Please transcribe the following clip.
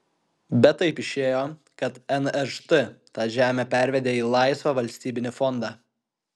bet taip išėjo kad nžt tą žemę pervedė į laisvą valstybinį fondą